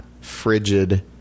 Frigid